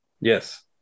Yes